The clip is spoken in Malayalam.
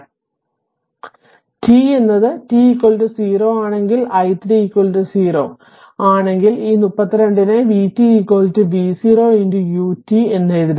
അതിനാൽ t എന്നത് t 0 ആണെങ്കിൽ i3 0 ആണെങ്കിൽ ഈ 32 നെ vt v0 u t എന്ന് എഴുതാം